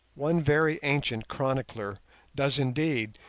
one very ancient chronicler does indeed,